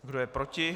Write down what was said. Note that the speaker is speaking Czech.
Kdo je proti?